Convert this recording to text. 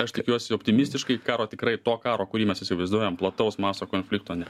aš tikiuosi optimistiškai karo tikrai to karo kurį mes įsivaizduojam plataus masto konflikto ne